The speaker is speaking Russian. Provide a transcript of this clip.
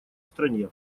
стране